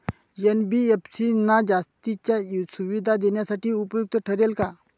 NBFC ना जास्तीच्या सुविधा देण्यासाठी उपयुक्त ठरेल का?